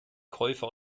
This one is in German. käufer